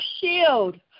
shield